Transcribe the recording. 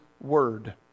Word